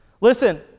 Listen